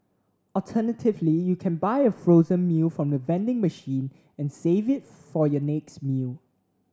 alternatively you can buy a frozen meal from the vending machine and save it for your next meal